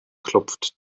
klopft